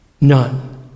None